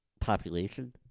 population